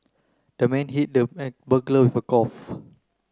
the man hit the burglar with a golf